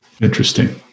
Interesting